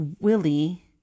willie